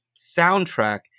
soundtrack